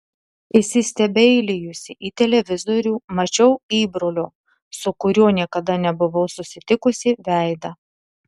įsistebeilijusi į televizorių mačiau įbrolio su kuriuo niekada nebuvau susitikusi veidą